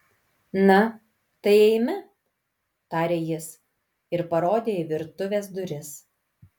na tai eime tarė jis ir parodė į virtuvės duris